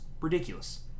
ridiculous